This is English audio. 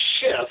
shift